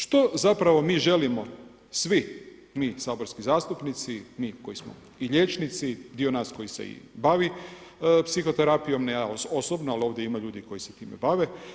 Što zapravo mi želimo, svi mi saborski zastupnici, mi koji smo i liječnici, dio nas koji se i bavi psihoterapijom, ne ja osobno ali ovdje ima ljudi koji se time bave.